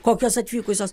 kokios atvykusios